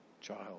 child